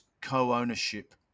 co-ownership